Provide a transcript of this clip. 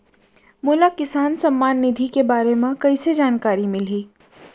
मोला किसान सम्मान निधि के बारे म कइसे जानकारी मिलही?